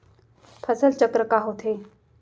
फसल चक्र का होथे?